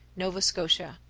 nova scotia.